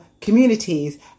communities